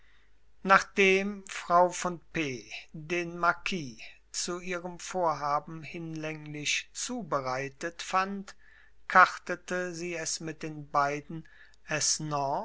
nachdem frau von p den marquis zu ihrem vorhaben hinlänglich zubereitet fand kartete sie es mit den beiden